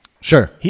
Sure